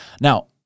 Now